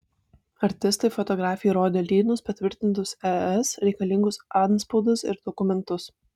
artistai fotografei rodė lynus patvirtintus es reikalingus antspaudus ir dokumentus